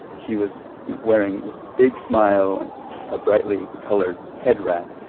she was wearing this big smile and a brightly colored head wrap,